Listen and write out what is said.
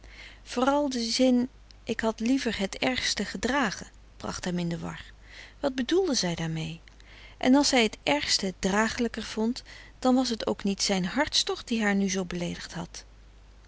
vooral die zin ik had liever het ergste gedragen bracht hem in de war wat bedoelde zij daar mee en als zij het ergste dragelijker vond dan was het ook niet zijn hartstocht die haar nu zoo beleedigd had